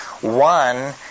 One